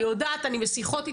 אני יודעת אני בשיחות איתה,